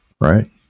right